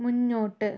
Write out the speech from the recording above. മുന്നോട്ട്